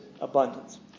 abundance